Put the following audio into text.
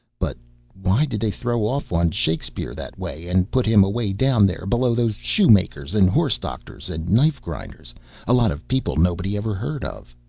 but why did they throw off on shakespeare, that way, and put him away down there below those shoe-makers and horse-doctors and knife-grinders a lot of people nobody ever heard of?